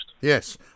Yes